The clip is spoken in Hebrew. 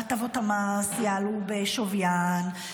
והטבות המס יעלו בשווין,